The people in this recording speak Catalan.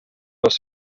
pels